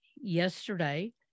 yesterday